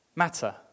Matter